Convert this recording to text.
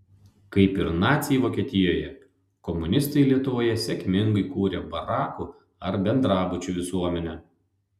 kaip ir naciai vokietijoje komunistai lietuvoje sėkmingai kūrė barakų ar bendrabučių visuomenę